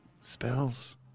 Spells